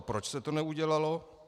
Proč se to neudělalo?